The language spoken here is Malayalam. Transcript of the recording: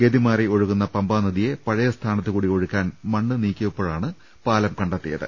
ഗതി മാറി ഒഴുകുന്ന പമ്പാനദിയെ പഴയ സ്ഥാനത്ത് കൂടി ഒഴുക്കാൻ മണ്ണ് നീക്കിയപ്പോഴാണ് പാലം കണ്ടെത്തിയത്